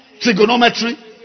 trigonometry